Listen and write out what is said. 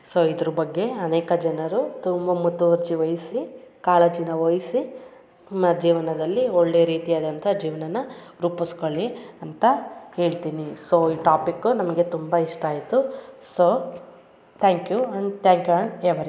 so ಇದ್ರ ಬಗ್ಗೆ ಅನೇಕ ಜನರು ತುಂಬ ಮುತುವರ್ಜಿ ವಹಿಸಿ ಕಾಳಜಿನ ವಹಿಸಿ ತಮ್ಮ ಜೀವನದಲ್ಲಿ ಒಳ್ಳೆಯ ರೀತಿಯಾದಂಥ ಜೀವನನ ರೂಪಿಸ್ಕಳ್ಳಿ ಅಂತ ಹೇಳ್ತೀನಿ ಸೊ ಈ ಟಾಪಿಕು ನಮಗೆ ತುಂಬ ಇಷ್ಟ ಆಯಿತು so thank you and thank you and every